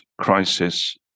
crisis